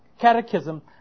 Catechism